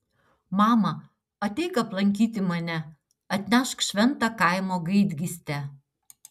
mama ateik aplankyti mane atnešk šventą kaimo gaidgystę